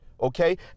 okay